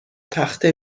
تخته